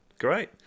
Great